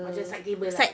at the side table lah